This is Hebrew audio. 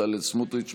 בצלאל סמוטריץ',